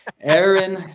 Aaron